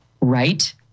Right